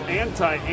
anti